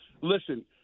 listen